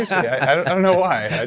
i don't know why.